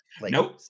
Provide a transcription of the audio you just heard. Nope